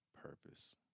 purpose